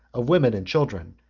of women and children,